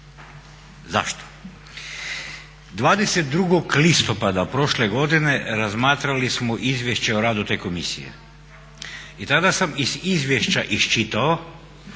Zašto? 22. listopada prošle godine razmatrali smo izvješće o radu te komisije i tada sam iz izvješća iščitao